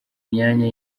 myanya